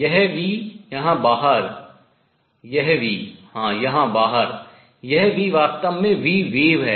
यह v यहाँ बाहर यह v यहाँ बाहर यह v वास्तव में vwave है